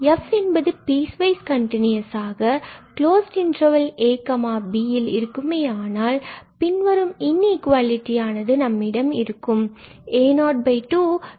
f என்பது piecewise கன்டினுயசாக ab என்ற இன்டர்வெல்லில் இருக்குமேயானால் பின்பு பின்வரும் இன்இகுவாலிடியானது நம்மிடம் இருக்கும்